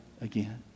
again